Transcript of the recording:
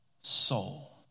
soul